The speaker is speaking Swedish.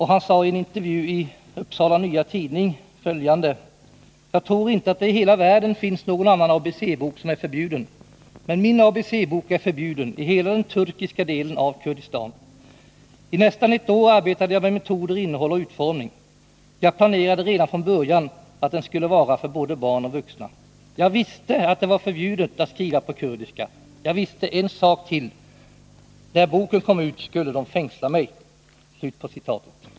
Han sade i en intervju i Upsala Nya Tidning följande: Jag tror inte att det i hela världen finns någon annan ABC-bok som är förbjuden. Men min ABC-bok är förbjuden i hela den turkiska delen av Kurdistan. I nästan ett år arbetade jag med metoder, innehåll och utformning. Jag planerade redan från början att den skulle vara för både barn och vuxna. Jag visste att det var förbjudet att skriva på kurdiska. Jag visste en sak till: när boken kom ut skulle de fängsla mig.